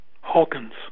Hawkins